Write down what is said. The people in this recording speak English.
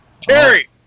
Terry